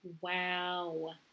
Wow